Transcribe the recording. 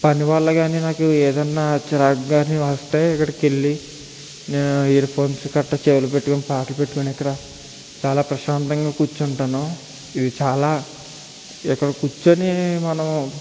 పని వల్ల గాని నాకు ఏదన్నా చిరాకు గానీ వస్తే ఇక్కడికి వెళ్ళి నేను ఇయర్ ఫోన్స్ గట్రా చెవులో పెట్టుకొని పాటలు పెట్టుకొని ఇక్కడ చాలా ప్రశాంతంగా కూర్చుంటాను ఇది చాలా ఇక్కడ కూర్చుని మనం